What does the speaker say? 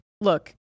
look